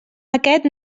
aquest